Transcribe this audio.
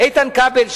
איתן כבל,